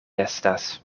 estas